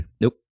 nope